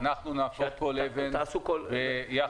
שתעשו כל --- אנחנו נהפוך כל אבן יחד עם ארגון